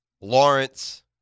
Lawrence